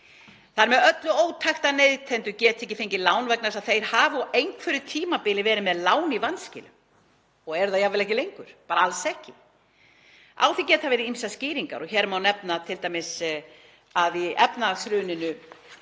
Það er með öllu ótækt að neytendur geti ekki fengið lán vegna þess að þeir hafi á einhverju tímabili verið með lán í vanskilum og eru það jafnvel ekki lengur, bara alls ekki. Á því geta verið ýmsar skýringar og hér má nefna t.d. að í efnahagshruninu